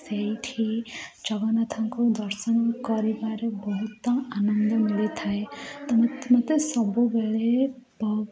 ସେଇଠି ଜଗନ୍ନାଥଙ୍କୁ ଦର୍ଶନ କରିବାରେ ବହୁତ ଆନନ୍ଦ ମିଳିଥାଏ ତ ମୋତେ ସବୁବେଳେ